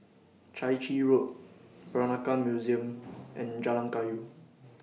Chai Chee Road Peranakan Museum and Jalan Kayu